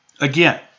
Again